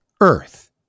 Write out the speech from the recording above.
Earth